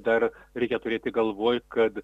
dar reikia turėti galvoj kad